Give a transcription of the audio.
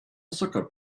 soccer